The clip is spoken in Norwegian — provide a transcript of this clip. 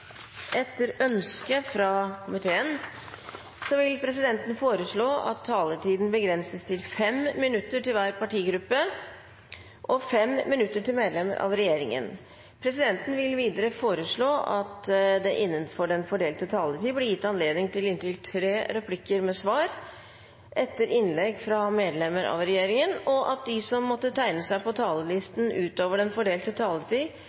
Etter ønske fra justiskomiteen vil presidenten foreslå at taletiden blir begrenset til 5 minutter til hver partigruppe og 5 minutter til medlemmer av regjeringen. Presidenten vil videre foreslå at det blir gitt anledning til inntil tre replikker med svar etter innlegg fra medlemmer av regjeringen innenfor den fordelte taletid, og at de som måtte tegne seg på talerlisten utover den fordelte taletid,